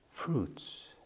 fruits